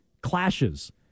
clashes